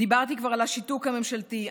דיברתי כבר על השיתוק הממשלתי.